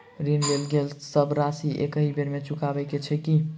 ऋण लेल गेल सब राशि एकहि बेर मे चुकाबऽ केँ छै की?